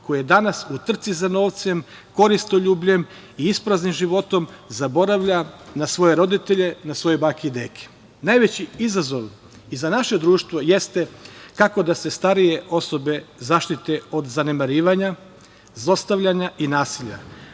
koje danas u trci za novcem, koristoljubljem i ispraznim životom zaboravlja na svoje roditelje, na svoje bake i deke. Najveći izazov i za naše društvo jeste, kako da se starije osobe zaštite od zanemarivanja, zlostavljanja i nasilja.O